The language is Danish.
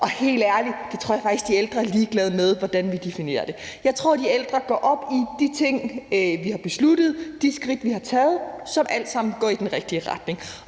Helt ærligt – jeg tror faktisk, de ældre er ligeglade med, hvordan vi definerer det. Jeg tror, de ældre går op i de ting, vi har besluttet, og de skridt, vi har taget, som alle sammen går i den rigtige retning,